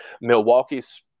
Milwaukee's